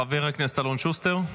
חבר הכנסת אלון שוסטר.